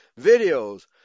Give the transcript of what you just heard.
videos